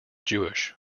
jewish